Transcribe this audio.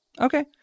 Okay